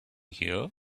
here